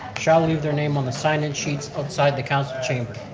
shall leave their name on the sign in sheets outside the council chambers.